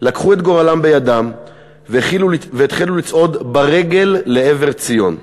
לקחו את גורלם בידם והתחילו לצעוד ברגל לעבר ציון,